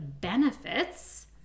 benefits